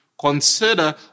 Consider